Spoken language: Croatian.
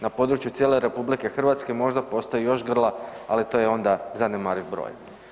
Na području cijele RH možda postoji još grla, ali to je onda zanemariv broj.